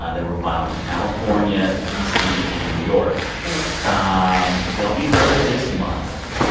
ah they were filed in california, d c. and new york right um they'll be heard this month.